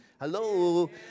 Hello